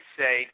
say